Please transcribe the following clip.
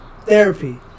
Therapy